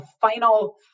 final